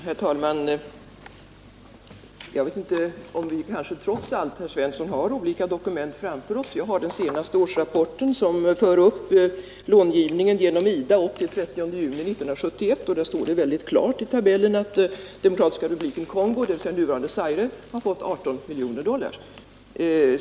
Herr talman! Jag vet inte om vi kanske trots allt, herr Svensson i Malmö, har olika dokument framför oss. Jag har den senaste årsrapporten som för upp långivningen till den 30 juni 1971, och där står det väldigt klart i tabellen att Demokratiska republiken Kongo, dvs. nuvarande Zaire, har fått 18 miljoner dollar.